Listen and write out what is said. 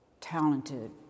talented